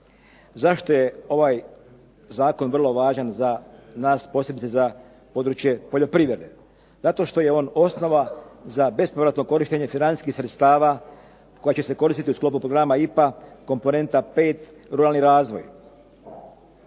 Zašto je ovaj zakon vrlo važan za nas, posebice za područje poljoprivrede? Zato što je on osnova za bespovratno korištenje financijskih sredstava koja će se koristiti u sklopu programa "IPA - komponenta 5 ruralni razvoj".